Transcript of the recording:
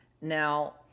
Now